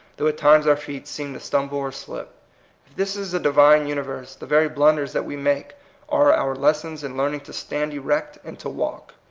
though at times our feet seem to stumble or slip. if this is a di vine universe, the very blunders that we make are our lessons in learning to stand erect and to walk.